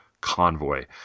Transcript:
Convoy